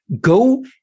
Go